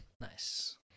Nice